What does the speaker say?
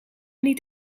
niet